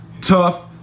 tough